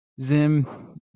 Zim